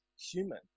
human